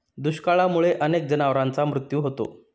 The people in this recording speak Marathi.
दुष्काळामुळे अनेक जनावरांचा मृत्यू होतो